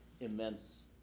immense